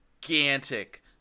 gigantic